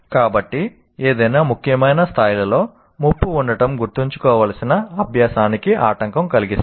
కాబట్టి ఏదైనా ముఖ్యమైన స్థాయిలో ముప్పు ఉండటం గుర్తుంచుకోవలసిన అభ్యాసానికి ఆటంకం కలిగిస్తుంది